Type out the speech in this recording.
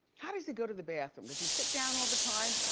how does he go to the bathroom? does he sit down all the time?